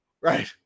Right